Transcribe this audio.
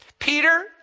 Peter